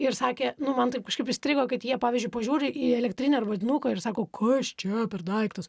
ir sakė nu man taip kažkaip įstrigo kad jie pavyzdžiui pažiūri į elektrinį arbatinuką ir sako kas čia per daiktas